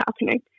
happening